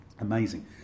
amazing